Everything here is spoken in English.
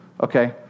Okay